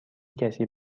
کسی